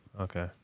Okay